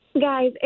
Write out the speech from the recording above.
Guys